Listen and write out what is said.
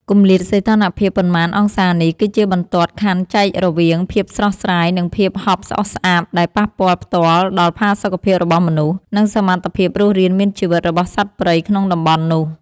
គម្លាតសីតុណ្ហភាពប៉ុន្មានអង្សានេះ គឺជាបន្ទាត់ខណ្ឌចែករវាង ភាពស្រស់ស្រាយ និងភាពហប់ស្អុះស្អាប់ ដែលប៉ះពាល់ផ្ទាល់ដល់ផាសុកភាពរបស់មនុស្ស និងសមត្ថភាពរស់រានមានជីវិតរបស់សត្វព្រៃក្នុងតំបន់នោះ។